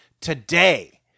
today